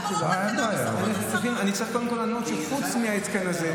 למה לא תקנה בסמכות השרה?